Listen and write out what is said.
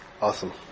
Awesome